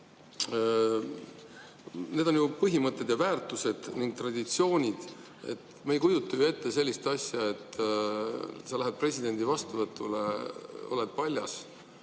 Need on ju põhimõtted ja väärtused ning traditsioonid. Me ei kujuta ju ette sellist asja, et sa lähed presidendi vastuvõtule ja oled paljas.